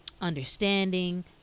understanding